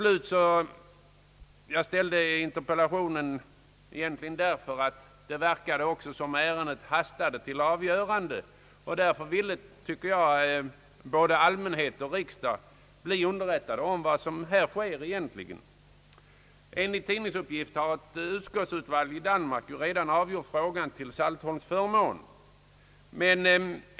Slutligen vill jag nämna att jag framställde interpellationen därför att det verkade som om ärendet hastade, att man hade bråttom att komma till ett avgörande. Därför ville jag att allmänheten och riksdagen skulle bli underrättade om vad som egentligen sker. Enligt tidningsuppgifter har ett utskotisudvalg i Danmark redan avgjort frågan till Saltholms förmån.